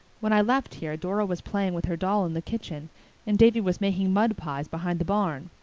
when i left here dora was playing with her doll in the kitchen and davy was making mud pies behind the barn.